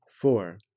Four